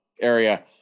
area